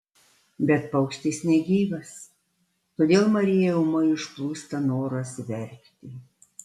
bet paukštis negyvas todėl mariją ūmai užplūsta noras verkti